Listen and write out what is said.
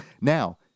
Now